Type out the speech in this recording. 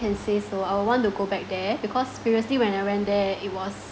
can say so I would want to go back there because previously when I went there it was